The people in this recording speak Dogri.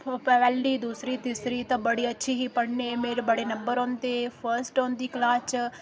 पैह्ली दूसरी तीसरी ते बड़ी अच्छी ही पढ़ने गी मेरे बड़े नंबर औंदे फस्ट औंदी क्लास च